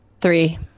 Three